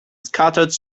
scattered